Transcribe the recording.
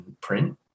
print